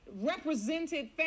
represented